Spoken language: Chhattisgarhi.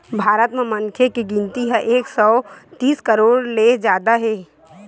भारत म मनखे के गिनती ह एक सौ तीस करोड़ ले जादा हे